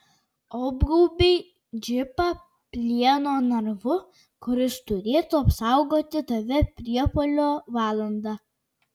apgaubei džipą plieno narvu kuris turėtų apsaugoti tave priepuolio valandą